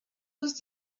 was